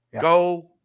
Go